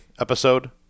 episode